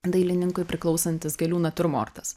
dailininkui priklausantis gėlių natiurmortas